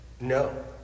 No